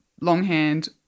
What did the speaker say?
longhand